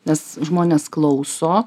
nes žmonės klauso